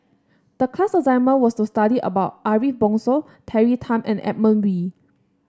the class assignment was to study about Ariff Bongso Terry Tan and Edmund Wee